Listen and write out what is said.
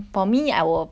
instead of cat